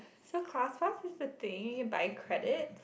so Class Pass is the thing by credit